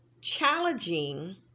challenging